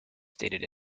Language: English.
stated